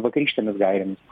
vakarykštėmis gairėmis